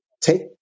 take